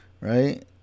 right